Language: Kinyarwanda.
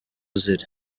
ziri